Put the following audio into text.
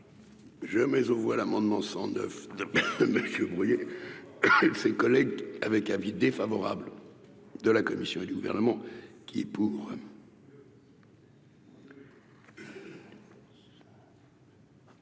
Je mais aux voix l'amendement 109 messieurs et de ses collègues avec avis défavorable de la Commission et du gouvernement qui pour.